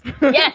Yes